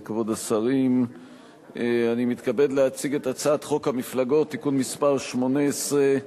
אנחנו עוברים להצעה הבאה על סדר-היום: הצעת חוק המפלגות (תיקון מס' 18),